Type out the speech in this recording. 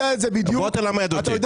לא להפריע.